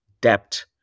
debt